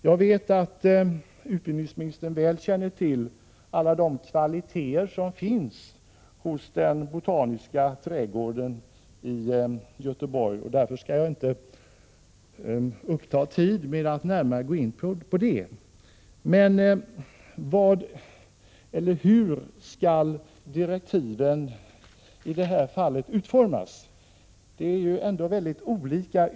Jag vet att utbildningsministern väl känner till alla de kvaliteter som finns hos den botaniska trädgården i Göteborg, och jag skall därför inte uppta tid med att närmare gå in på dem. Hur skall direktiven i det här fallet utformas?